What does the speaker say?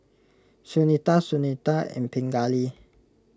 Sunita Sunita and Pingali